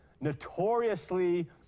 notoriously